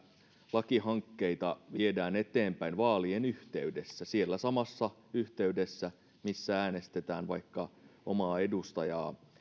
lakihankkeita viedään eteenpäin vaalien yhteydessä siellä samassa yhteydessä missä äänestetään vaikka omaa edustajaa